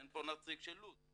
אין פה נציג של לוד,